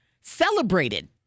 celebrated